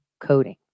coding